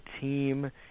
team